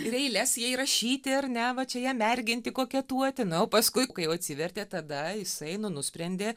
ir eiles jai rašyti ar ne va čia ją merginti koketuoti na o paskui kai jau atsivertė tada jisai nu nusprendė